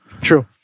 True